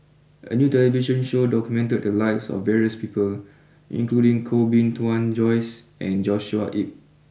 a new television show documented the lives of various people including Koh Bee Tuan Joyce and Joshua Ip